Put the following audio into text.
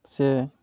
ᱥᱮ